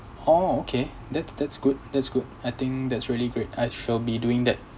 orh okay that's that's good that's good I think that's really good I shall be doing that